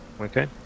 Okay